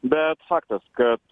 bet faktas kad